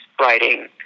writing